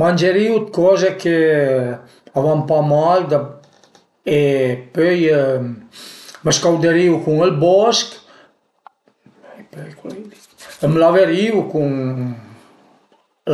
Mangerìu coze che a van pa a mal e pöi më scauderìu cun il bosch më laverìu cun